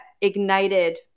ignited